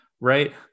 Right